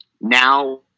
now